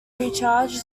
recharge